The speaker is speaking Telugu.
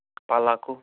పాలాకు